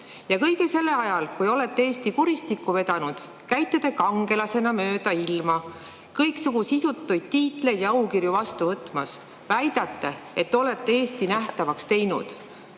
kõige selle ajal, kui te olete Eesti kuristikku vedanud, käite te kangelasena mööda ilma kõiksugu sisutuid tiitleid ja aukirju vastu võtmas. Te väidate, et olete Eesti nähtavaks teinud